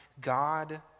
God